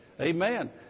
Amen